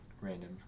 Random